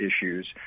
issues